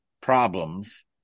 problems